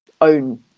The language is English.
own